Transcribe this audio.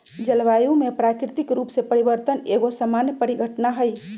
जलवायु में प्राकृतिक रूप से परिवर्तन एगो सामान्य परिघटना हइ